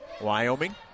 Wyoming